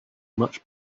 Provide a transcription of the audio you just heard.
much